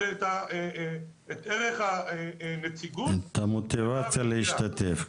את המוטיבציה להשתתף.